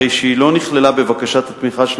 הרי שהיא לא נכללה בבקשת התמיכה של